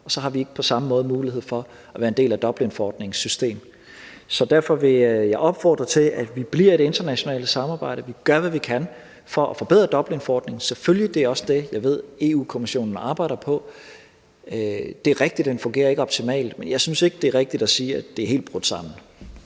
Så har vi ikke på samme måde mulighed for at være en del af Dublinforordningens system. Derfor vil jeg opfordre til, at vi bliver i det internationale samarbejde, og at vi selvfølgelig gør alt, hvad vi kan, for at forbedre Dublinforordningen. Det er også det, jeg ved Europa-Kommissionen arbejder på. Det er rigtigt, at den ikke fungerer optimalt, men jeg synes ikke, det er rigtigt at sige, at det er helt brudt sammen.